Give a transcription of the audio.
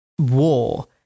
war